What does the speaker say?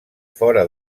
fora